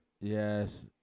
Yes